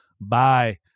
Bye